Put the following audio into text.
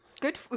Good